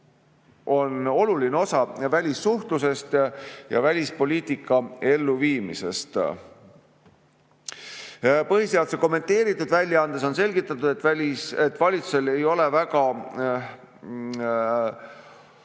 on oluline osa välissuhtlusest ja välispoliitika elluviimisest. Põhiseaduse kommenteeritud väljaandes on selgitatud, et valitsusel ei ole väga